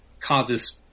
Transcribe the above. causes